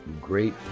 great